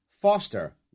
foster